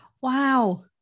Wow